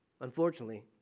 unfortunately